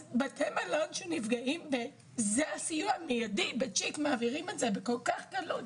אז לבתי מלון שנפגעים מעבירים את הסיוע בכזו קלות?